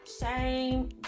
shame